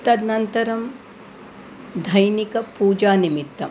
तदनन्तरं दैनिकपूजानिमित्तं